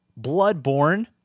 bloodborne